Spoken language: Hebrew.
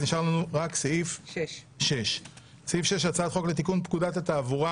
אז נשאר לנו רק סעיף 6. 6. הצעת חוק לתיקון פקודת התעבורה